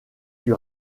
fut